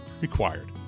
required